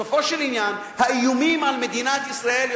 בסופו של עניין האיומים על מדינת ישראל,